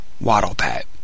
waddle-pat